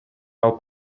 алып